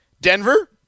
Denver